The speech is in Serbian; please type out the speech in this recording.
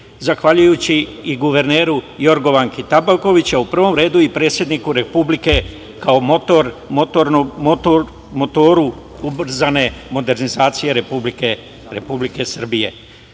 zahvaljujući i guverneru Jorgovanki Tabaković, a u prvom redu i predsedniku Republike, kao motoru ubrzane modernizacije Republike Srbije.